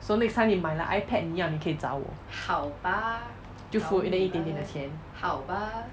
so next time 你买了 ipad 你要你可以找我就付一点点的钱 jiu fu yi dian dian de qian